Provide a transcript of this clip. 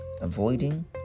avoiding